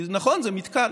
כי נכון, זה מתקן,